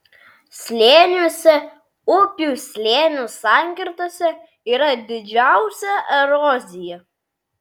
slėniuose upių slėnių sankirtose yra didžiausia erozija